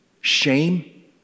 shame